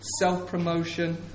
self-promotion